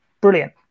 brilliant